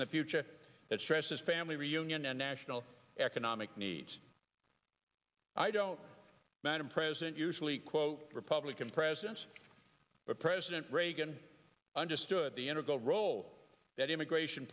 in the future that stresses family reunion and national economic needs i don't madam president usually quote republican presidents but president reagan understood the energon role that immigration